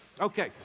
okay